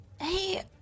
hey